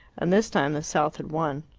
and this time the south had won.